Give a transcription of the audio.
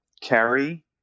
carry